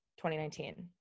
2019